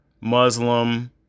Muslim